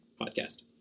Podcast